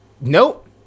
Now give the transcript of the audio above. Nope